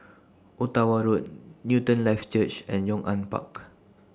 Ottawa Road Newton Life Church and Yong An Park